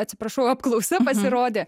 atsiprašau apklausa pasirodė